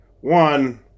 one